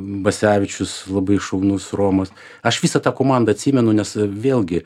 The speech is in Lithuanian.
basevičius labai šaunus romas aš visą tą komandą atsimenu nes vėlgi